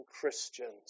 Christians